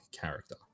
character